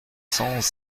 cents